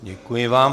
Děkuji vám.